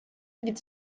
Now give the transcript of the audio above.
від